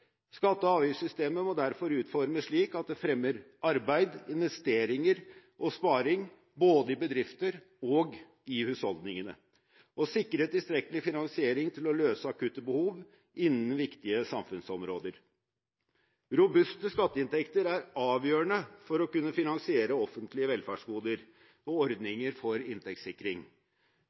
Skatte- og avgiftssystemet må derfor utformes slik at det fremmer arbeid, investeringer og sparing, både i bedrifter og i husholdninger, og sikrer tilstrekkelig finansiering til å løse akutte behov innen viktige samfunnsområder. Robuste skatteinntekter er avgjørende for å kunne finansiere offentlige velferdsgoder og ordninger for inntektssikring.